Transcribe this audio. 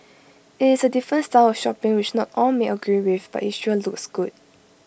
IT is A different style of shopping which not all may agree with but IT sure looks good